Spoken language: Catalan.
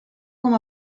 com